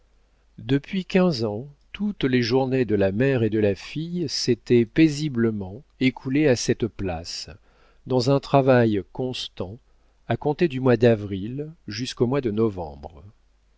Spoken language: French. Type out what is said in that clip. depuis quinze ans toutes les journées de la mère et de la fille s'étaient paisiblement écoulées à cette place dans un travail constant à compter du mois d'avril jusqu'au mois de novembre